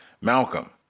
Malcolm